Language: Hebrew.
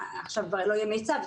עכשיו כבר לא יהיה מיצ"ב,